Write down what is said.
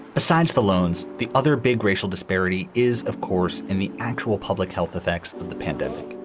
besides the loans, the other big racial disparity is, of course, in the actual public health effects of the pandemic.